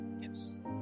Yes